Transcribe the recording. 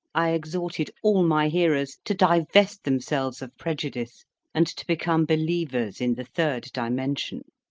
i exhorted all my hearers to divest themselves of prejudice and to become believers in the third dimension.